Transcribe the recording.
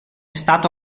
stato